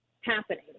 happening